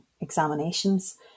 examinations